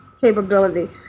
capability